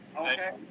Okay